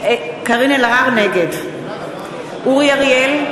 אלהרר, נגד אורי אריאל,